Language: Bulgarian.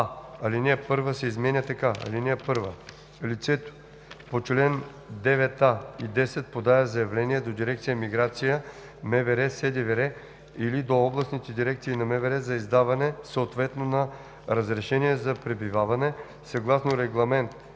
алинея 1 се изменя така: „(1) Лицето по чл. 9а и 10 подава заявление до дирекция „Миграция“ – МВР, СДВР или до областните дирекции на МВР за издаване съответно на разрешение за пребиваване съгласно Регламент